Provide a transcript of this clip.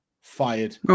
fired